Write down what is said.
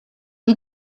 die